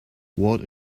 what